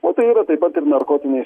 o tai yra taip pat ir narkotinės